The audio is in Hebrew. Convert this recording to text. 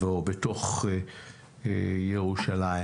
בירושלים.